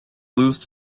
lose